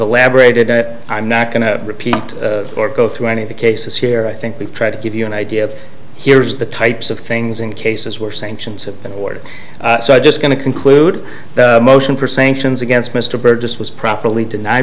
elaborated that i'm not going to repeat or go through any of the cases here i think we've tried to give you an idea of here's the types of things in cases where sanctions have been awarded so i'm just going to conclude the motion for sanctions against mr burgess was properly den